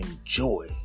enjoy